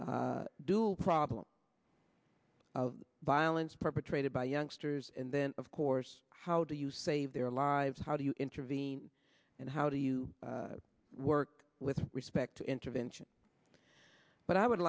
dual problem of violence perpetrated by youngsters and then of course how do you save their lives how do you intervene and how do you work with respect to intervention but i would